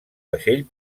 vaixell